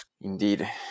indeed